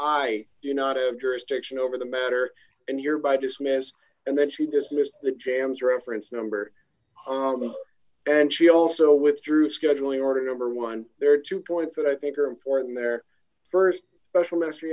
i do not have jurisdiction over the matter and you're by dismissed and then she dismissed the jambs reference number and she also withdrew scheduling order number one there are two points that i think are important in their st special ministry